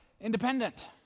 independent